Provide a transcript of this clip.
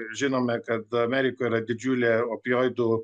žinome kad amerikoje yra didžiulė opioidų